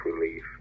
relief